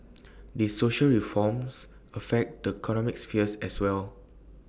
these social reforms affect the sphere as well